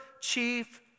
chief